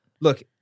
Look